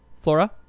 Flora